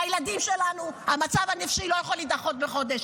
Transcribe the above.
לילדים שלנו, המצב הנפשי לא יכול להידחות בחודש.